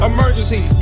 Emergency